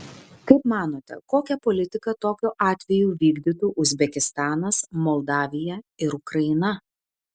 kaip manote kokią politiką tokiu atveju vykdytų uzbekistanas moldavija ir ukraina